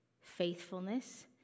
faithfulness